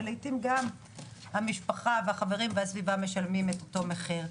ולעיתים גם המשפחה והחברים והסביבה משלמים את אותו מחיר.